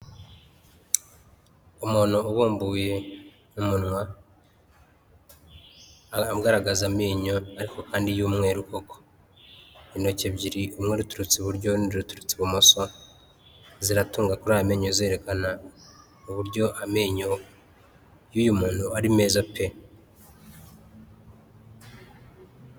Umuntu ubumbuye umunwa, agaragaza amenyo ariko andi y'umweru koko, intoki ebyiri rumwe ruturutse iburyo urundi ruturutse ibumoso ziratunga kuri aya menyo zerekana uburyo amenyo y'uyu muntu ari meza pe.